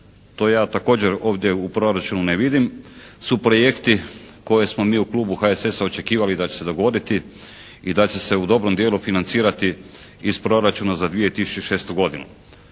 što ja također ovdje u proračunu ne vidim, su projekti koje smo mi u klubu HSS-a očekivali da će se dogoditi i da će se u dobrom dijelu financirati iz proračuna za 2006. godinu.